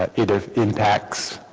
ah it have impacts